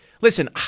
listen